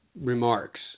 Remarks